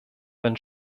van